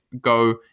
go